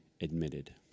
admitted